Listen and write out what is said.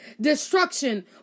destruction